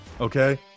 okay